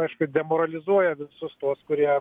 aišku demoralizuoja visus tuos kurie